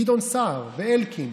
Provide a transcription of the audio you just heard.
גדעון סער ואלקין